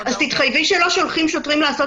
--- אז תתחייבי שלא שולחים שוטרים לעשות